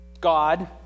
God